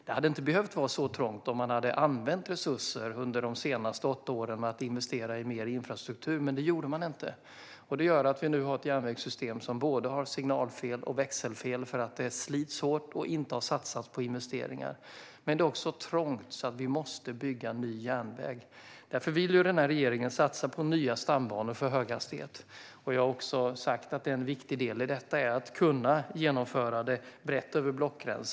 Det hade inte behövt vara så trångt om man under de senaste åtta åren hade använt resurser till att investera i mer infrastruktur. Men det gjorde man inte. Det gör att vi nu har ett järnvägssystem som har både signalfel och växelfel. Det slits hårt, och det har inte satsats på investeringar. Men det är också trångt, så vi måste bygga ny järnväg. Därför vill denna regering satsa på nya stambanor för höghastighetståg. Jag har sagt att en viktig del i detta är att genomföra det brett över blockgränserna.